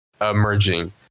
emerging